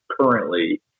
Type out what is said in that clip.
currently